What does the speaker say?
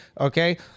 okay